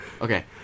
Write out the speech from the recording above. okay